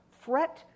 Fret